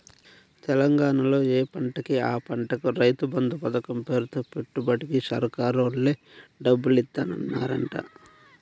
తెలంగాణాలో యే పంటకి ఆ పంటకి రైతు బంధు పతకం పేరుతో పెట్టుబడికి సర్కారోల్లే డబ్బులిత్తన్నారంట